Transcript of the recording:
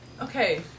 Okay